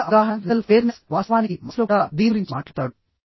స్వీయ అవగాహనః వాస్తవానికి మాస్లో కూడా దీని గురించి మాట్లాడతాడు